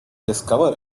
discover